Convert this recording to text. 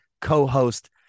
co-host